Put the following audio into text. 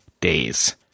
days